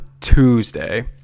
Tuesday